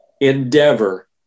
endeavor